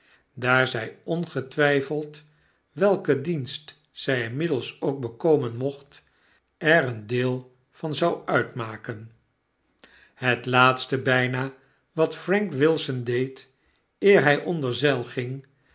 daar zg ongetwgfeld welken dienst zg inmiddels ook bekomen mocht er een deel van zou uitmaken het laatste bgna wat frank wilson deed eer hg onder zeil ging